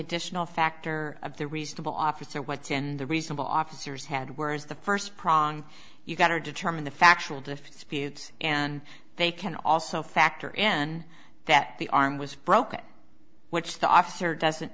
additional factor of the reasonable officer what ten the reasonable officers had whereas the first prong you've got to determine the factual drift speeds and they can also factor in that the arm was broken which the officer doesn't